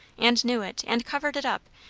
and knew it, and covered it up,